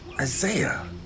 Isaiah